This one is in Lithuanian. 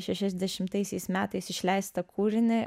šešiasdešimtaisiais metais išleistą kūrinį